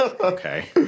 Okay